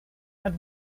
had